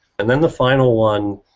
and then the final one,